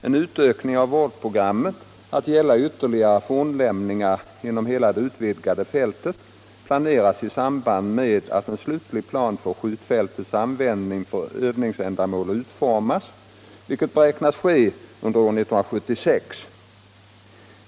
En utökning av vårdprogrammet att gälla ytterligare fornlämningar inom hela det utvidgade fältet planeras i samband med att en slutlig plan för skjutfältets användning för övningsändamål utformas, vilket beräknas ske under år 1976.